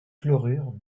chlorure